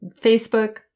facebook